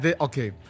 okay